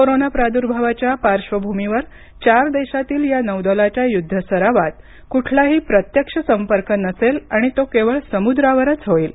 corona प्रादुर्भावाच्या पार्श्वभूमीवर चार देशातील या नौदलाच्या युद्ध सरावात कुठलाही प्रत्यक्ष संपर्क नसेल आणि तो केवळ समुद्रावरच होईल